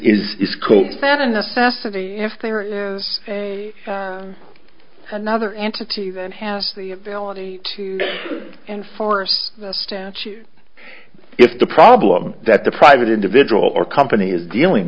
is called that a necessity if there is a another entity that has the ability to enforce the statute if the problem that the private individual or company is dealing